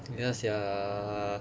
ya sia